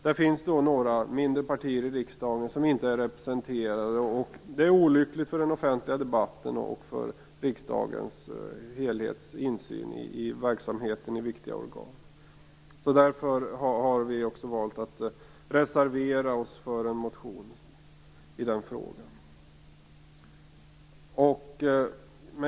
Det finns några mindre partier i riksdagen som inte är representerade, vilket är olyckligt för den offentliga debatten och när det gäller riksdagens insyn i viktiga organs verksamheter. Därför har vi valt att reservera oss för en motion i den frågan.